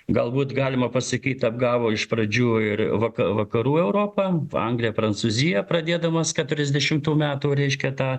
galbūt galima pasakyt apgavo iš pradžių ir vaka vakarų europą angliją prancūziją pradėdamas keturiasdešimtų metų reiškia tą